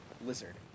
lizard